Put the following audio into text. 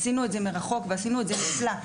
ועשינו את זה נפלא.